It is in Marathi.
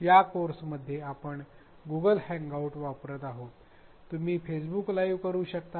या कोर्समध्ये आपण गुगल हँगआउट वापरत आहोत तुम्ही फेसबुक लाइव्ह करू शकता